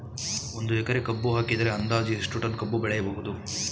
ಒಂದು ಎಕರೆ ಕಬ್ಬು ಹಾಕಿದರೆ ಅಂದಾಜು ಎಷ್ಟು ಟನ್ ಕಬ್ಬು ಬೆಳೆಯಬಹುದು?